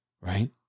right